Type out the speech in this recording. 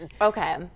Okay